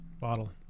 Bottle